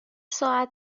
ساعت